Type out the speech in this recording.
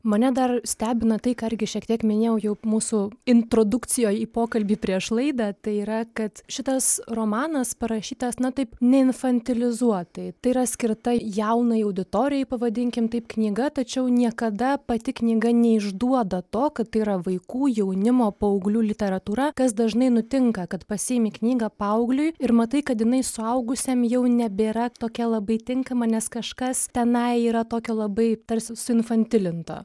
mane dar stebina tai ką irgi šiek tiek minėjau jau mūsų introdukcijoj į pokalbį prieš laidą tai yra kad šitas romanas parašytas na taip neinfantilizuotai tai yra skirta jaunai auditorijai pavadinkim taip knyga tačiau niekada pati knyga neišduoda to kad tai yra vaikų jaunimo paauglių literatūra kas dažnai nutinka kad pasiimi knygą paaugliui ir matai kad jinai suaugusiam jau nebėra tokia labai tinkama nes kažkas tenai yra tokio labai tarsi suinfantilinto